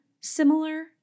similar